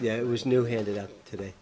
yeah it was new handed out today